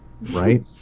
Right